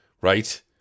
right